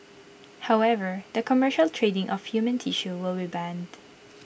however the commercial trading of human tissue will be banned